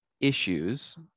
issues